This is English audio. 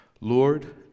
Lord